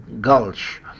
Gulch